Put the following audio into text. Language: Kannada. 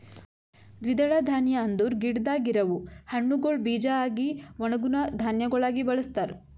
ದ್ವಿದಳ ಧಾನ್ಯ ಅಂದುರ್ ಗಿಡದಾಗ್ ಇರವು ಹಣ್ಣುಗೊಳ್ ಬೀಜ ಆಗಿ ಒಣುಗನಾ ಧಾನ್ಯಗೊಳಾಗಿ ಬಳಸ್ತಾರ್